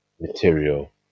material